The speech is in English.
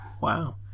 wow